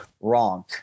wrong